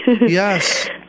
Yes